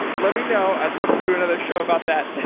let me know. i'd love to do another show about that,